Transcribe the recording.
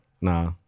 Nah